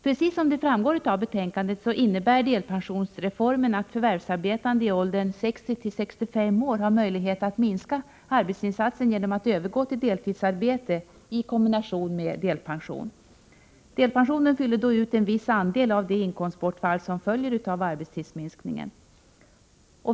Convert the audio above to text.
Precis som det framgår av betänkandet innebär delpensionsreformen att förvärvsarbetande i åldern 60-65 år har möjlighet att minska arbetsinsatsen genom att övergå till deltidsarbete i kombination med delpension. Delpensionen fyller då ut en viss andel av det inkomstbortfall som följer av arbetstidsminskningen.